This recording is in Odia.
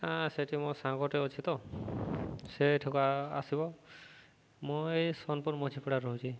ହ ସେଠି ମୋ ସାଙ୍ଗଟେ ଅଛି ତ ସେଠକା ଆସିବ ମୁଁ ଏଇ ସୋନପୁର ମଝପଡ଼ା ରହୁଚି